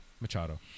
Machado